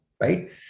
right